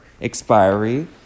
expiry